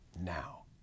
now